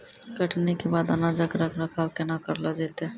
कटनी के बाद अनाजो के रख रखाव केना करलो जैतै?